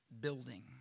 building